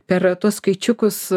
per tuos skaičiukus